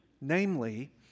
namely